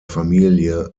familie